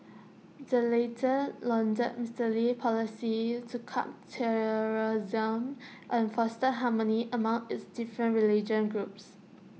the latter lauded Mister Lee's policies to curb terrorism and foster harmony among its different religious groups